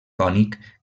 cònic